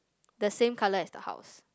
the same colour as the house